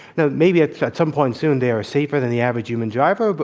know, maybe at some point soon they are safer than the average human driver, but